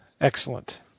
Excellent